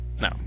no